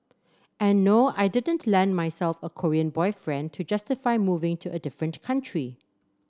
and no I didn't land myself a Korean boyfriend to justify moving to a different country